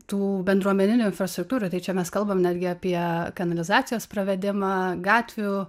tų bendruomeninių infrastruktūrų tai čia mes kalbam netgi apie kanalizacijos pravedimą gatvių